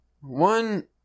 One